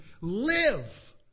Live